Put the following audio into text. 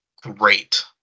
great